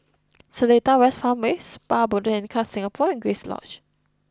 Seletar West Farmway Spa Botanica Singapore and Grace Lodge